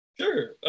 Sure